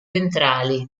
ventrali